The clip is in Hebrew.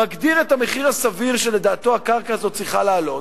מגדיר את המחיר הסביר שלדעתו הקרקע הזאת צריכה לעלות,